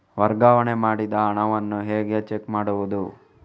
ವರ್ಗಾವಣೆ ಮಾಡಿದ ಹಣವನ್ನು ಹೇಗೆ ಚೆಕ್ ಮಾಡುವುದು?